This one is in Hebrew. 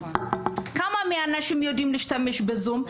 כמה אנשים יודעים להשתמש בזום?